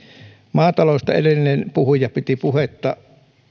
maataloudesta edellinen puhuja piti puhetta